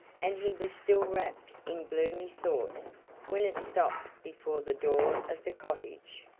and he was still wrapped in gloomy thoughts when it stopped before the door of the cottage.